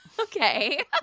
Okay